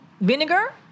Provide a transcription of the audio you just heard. vinegar